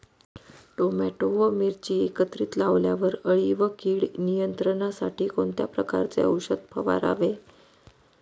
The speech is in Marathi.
टोमॅटो व मिरची एकत्रित लावल्यावर अळी व कीड नियंत्रणासाठी कोणत्या प्रकारचे औषध फवारावे?